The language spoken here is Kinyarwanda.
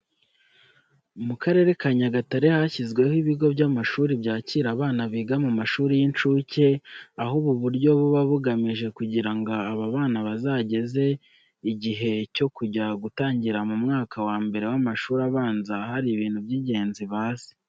Mu karere ka Nyagatare hashyizweho ibigo by'amashuri byakira abana biga mu mashuri y'incuke, aho ubu buryo buba bugamije kugira ngo aba bana bazageze igihe cyo kujya gutangira mu mwaka wa mbere w'amashuri abanza hari ibintu by'ingenzi bazi.